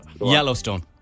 Yellowstone